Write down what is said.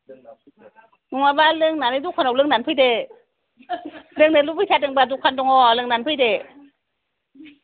नङाबा दखानाव लोंनानै फैदो लोंनो लुबैथारदोंबा दखान दङ लोंनानै फैदो